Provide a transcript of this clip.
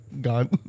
gone